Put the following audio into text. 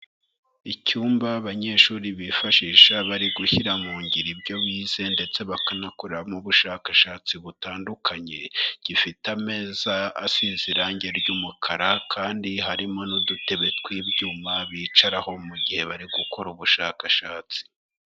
Icyumba abanyeshuri bifashisha bari gushyira mu ngiro ibyo bize ndetse bakanakoramo ubushakashatsi butandukanye, gifite ameza asize irangi ry'umukara kandi harimo n'udutebe tw'ibyuma bicaraho mu gihe bari gukora ubushakashatsi.